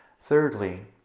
Thirdly